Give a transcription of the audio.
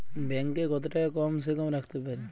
Bank এ কত টাকা কম সে কম রাখতে পারি?